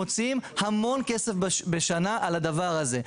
מוציאים המון כסף בשנה על הדבר הזה.